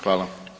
Hvala.